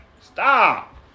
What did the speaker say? Stop